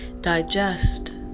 digest